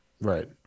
Right